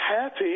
happy